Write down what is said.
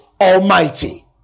Almighty